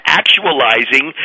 actualizing